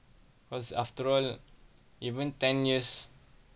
cause after all even ten years